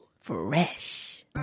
Fresh